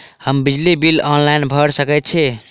हम बिजली bill online भैर सकै छी?